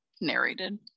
narrated